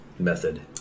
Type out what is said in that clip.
Method